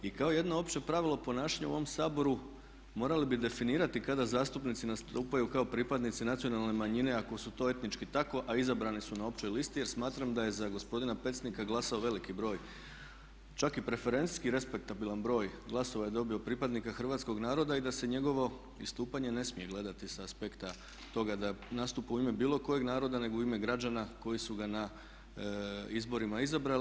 I kao jedno opće pravilo ponašanja u ovom Saboru morali bi definirati kada zastupnici nastupaju kao pripadnici nacionalne manjine ako su to etnički tako a izabrani su na općoj listi jer smatram da je za gospodina Pecnika glasao veliki broj čak i preferencijski respektabilan broj glasova je dobio od pripadnika hrvatskog naroda i da se njegovo pristupanje ne smije gledati sa aspekta toga da nastupa u ime bilo kojeg naroda nego u ime građana koji su ga na izborima izabrali.